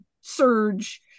Surge